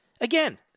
again